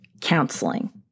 counseling